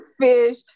fish